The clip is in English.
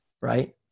right